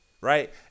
right